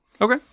Okay